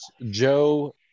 Joe